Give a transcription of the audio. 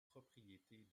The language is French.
propriétés